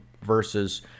versus